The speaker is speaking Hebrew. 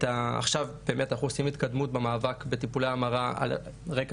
עכשיו באמת אנחנו עושים התקדמות במאבק בטיפולי ההמרה על רקע